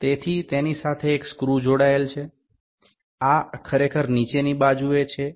সুতরাং এটির সাথে একটি স্ক্রু সংযুক্ত রয়েছে আসলে এটির নীচের দিকে